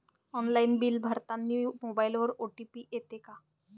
Online bill भरतानी मोबाईलवर OTP येते का?